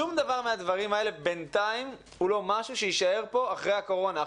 שום דבר מהדברים האלה בינתיים הוא לא משהו שיישאר פה אחרי הקורונה.